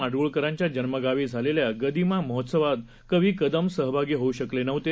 माडगूळकरांच्याजन्मगावीझालेल्यागदिमामहोत्सवातकवीकदमसहभागीहोऊशकलेनव्हते